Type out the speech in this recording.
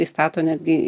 įstato netgi